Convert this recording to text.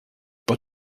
pas